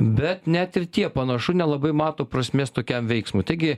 bet net ir tie panašu nelabai mato prasmės tokiam veiksmui taigi